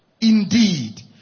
indeed